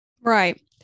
Right